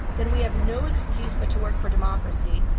then we have no excuse but to work for democracy,